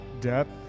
depth